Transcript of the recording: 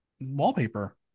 wallpaper